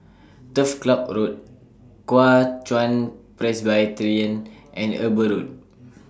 Turf Ciub Road Kuo Chuan Presbyterian and Eber Road